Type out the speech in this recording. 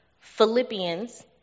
Philippians